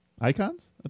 Icons